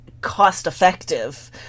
cost-effective